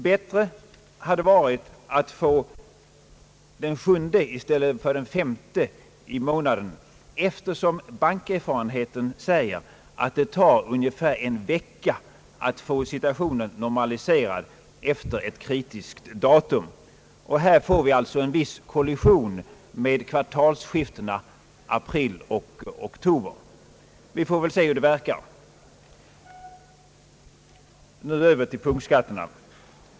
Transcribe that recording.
Bättre hade varit att få den sjunde i stället för den femte i må naden, eftersom bankerfarenheten säger att det tar ungefär en vecka att få situationen normaliserad efter ett kritiskt datum. Här uppstår alltså en viss kollision med kvartalsskiftena april och oktober. Vi får väl se hur detta verkar. Jag går nu över till frågan om punktskatterna.